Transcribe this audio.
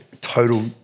Total –